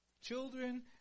Children